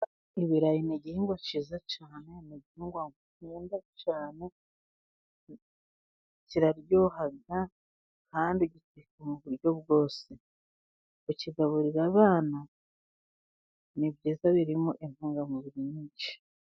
Ibirayi ni igihingwa cyiza cyane ni igihingwa gikundwa cyane kiraryoha kandi gitekwa mu buryo bwose kukigaburira abana ni byiza birimo intungamubiri nyinshi.